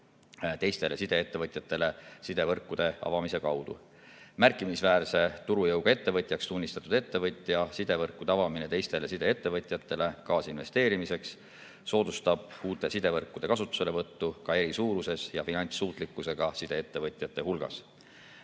teistele sideettevõtjatele sidevõrkude avamise kaudu. Märkimisväärse turujõuga ettevõtjaks tunnistatud ettevõtja sidevõrkude avamine teistele sideettevõtjatele kaasinvesteerimiseks soodustab uute sidevõrkude kasutuselevõttu ka eri suuruses ja eri finantssuutlikkusega sideettevõtjate hulgas